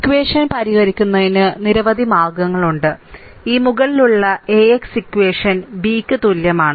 equation പരിഹരിക്കുന്നതിന് നിരവധി മാർഗ്ഗങ്ങളുണ്ട് ഈ മുകളിലുള്ള AX ഇക്വഷൻ B ക്ക് തുല്യമാണ്